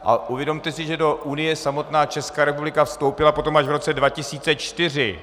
A uvědomte si, že do Unie samotná Česká republika vstoupila potom až v roce 2004.